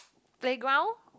playground